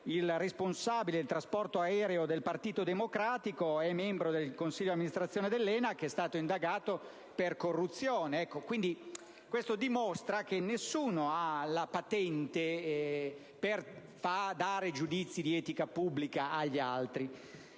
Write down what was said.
il responsabile del trasporto aereo del Partito Democratico e membro del consiglio d'amministrazione dell'ENAC è stato indagato per corruzione. Questo dimostra che nessuno ha la patente per dare giudizi di etica pubblica agli altri.